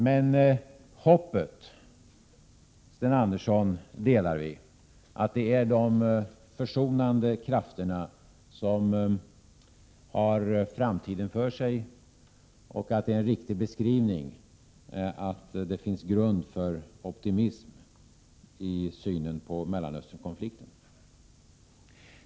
Men hoppet, Sten Andersson delar vi, nämligen att det är de försonande krafterna som har framtiden för sig och hoppet om att det är en riktig beskrivning att det finns grund för optimism i synen på Mellanösternkonflikten.